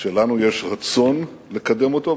שלנו יש רצון לקדם אותו,